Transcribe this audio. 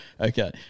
Okay